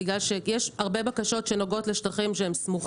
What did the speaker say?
בגלל שיש הרבה בקשות שנוגעות לשטחים שהם סמוכים לשמורות טבע.